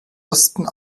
osten